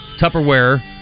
Tupperware